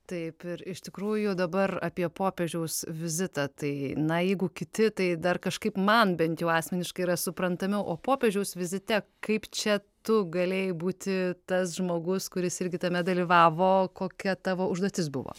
taip ir iš tikrųjų dabar apie popiežiaus vizitą tai na jeigu kiti tai dar kažkaip man bent jau asmeniškai yra suprantami o popiežiaus vizite kaip čia tu galėjai būti tas žmogus kuris irgi tame dalyvavo kokia tavo užduotis buvo